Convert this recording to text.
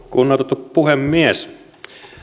kunnioitettu puhemies